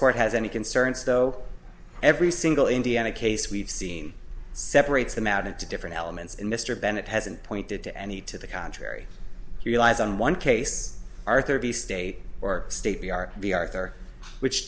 court has any concerns so every single indiana case we've seen separates them out into different elements and mr bennett hasn't pointed to any to the contrary relies on one case arthur of the state or state b r v arthur which